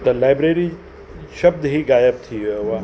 त लाइब्ररी शब्द ई गायब थी वियो आहे